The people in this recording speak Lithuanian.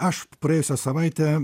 aš praėjusią savaitę